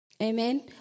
Amen